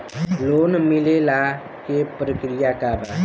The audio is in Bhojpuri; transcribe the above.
लोन मिलेला के प्रक्रिया का बा?